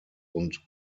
und